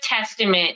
testament